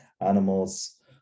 animals